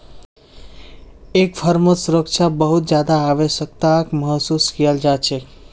एक फर्मत सुरक्षा बहुत ज्यादा आवश्यकताक महसूस कियाल जा छेक